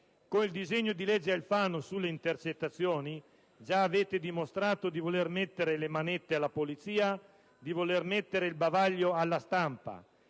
Con il disegno di legge Alfano sulle intercettazioni già avete dimostrato di voler mettere le manette alla polizia, di voler mettere il bavaglio alla stampa.